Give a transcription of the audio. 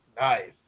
Nice